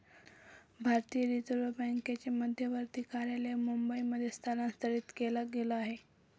भारतीय रिझर्व बँकेचे मध्यवर्ती कार्यालय मुंबई मध्ये स्थलांतरित केला गेल आहे